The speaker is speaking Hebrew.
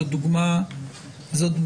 זאת דוגמה טובה.